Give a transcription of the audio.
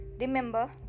Remember